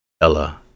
Ella